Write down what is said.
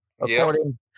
According